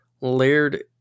layered